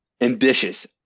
ambitious